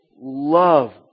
love